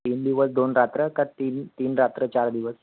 तीन दिवस दोन रात्र का तीन तीन रात्र चार दिवस